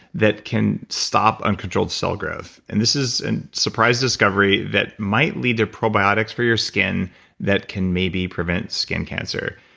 that can stop uncontrolled cell growth. and this is a and surprise discovery that might lead to probiotics for your skin that can maybe prevent skin cancer.